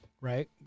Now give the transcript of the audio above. right